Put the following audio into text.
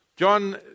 John